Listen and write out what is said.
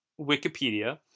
Wikipedia